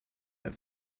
that